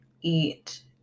eat